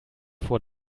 vor